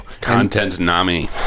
Content-nami